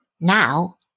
Now